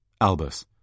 Albus